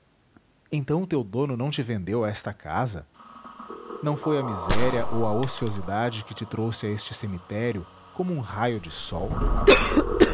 então o teu dono não te vendeu a esta casa não foi a miséria ou a ociosidade que te trouxe a este cemitério como um raio de sol